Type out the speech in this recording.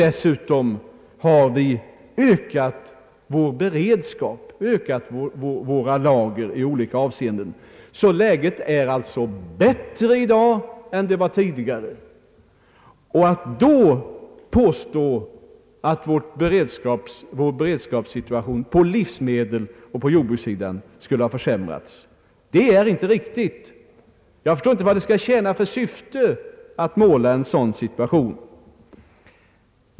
Dessutom har vi ökat vår beredskap — vi har ökat våra lager i olika avseenden. Läget är alltså bättre i dag än tidigare. Att då påstå att vår beredskapssituation i fråga om livsmedel och förnödenheter på jordbrukssidan skulle ha försämrats är inte korrekt. Jag förstår inte vad det skall tjäna för syfte att måla en sådan situation.